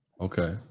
Okay